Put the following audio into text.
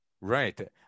Right